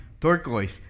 turquoise